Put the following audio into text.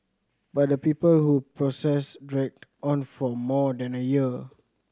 but the people who process dragged on for more than a year